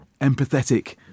empathetic